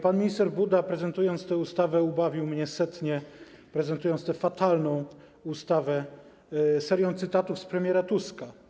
Pan minister Buda, prezentując tę ustawę, ubawił mnie setnie, prezentując tę fatalną ustawę serią cytatów z premiera Tuska.